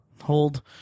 hold